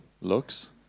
looks